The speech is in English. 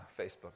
Facebook